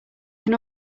can